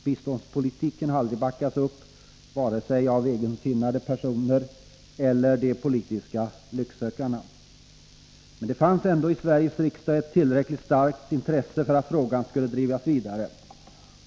Biståndspolitiken har aldrig backats upp vare sig av egensinniga personer eller de politiska lycksökarna. Det fanns ändå i Sveriges riksdag ett tillräckligt starkt intresse för att frågan skulle drivas vidare.